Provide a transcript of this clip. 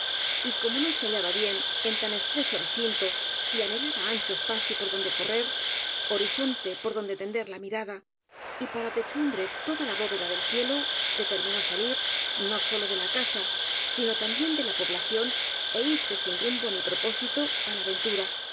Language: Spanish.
como no se hallaba bien en tan estrecho re cinto y anhelaba ancho espacio por donde correr horizonte por donde tender la mirada y para te chumbre toda la bóveda del cielo determinó salir no sólo de la casa sino también de la población é irse sin rumbo ni propósito á la ventura